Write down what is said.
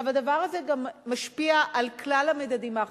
הדבר הזה גם משפיע על כלל המדדים האחרים.